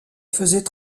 faisait